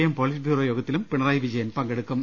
M politburo യോഗത്തിലും പിണറായി വിജയൻ പങ്കെടുക്കും